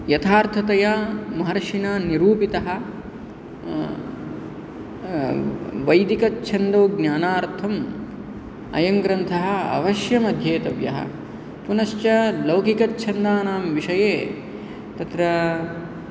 यथार्थतया महर्षिना निरूपितः वैदिकछन्दोज्ञानार्थम् अयं ग्रन्थः अवश्यम् अध्येतव्यः पुनश्च लौकिकछन्दानां विषये तत्र